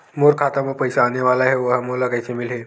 मोर खाता म पईसा आने वाला हे ओहा मोला कइसे मिलही?